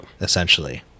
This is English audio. essentially